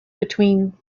between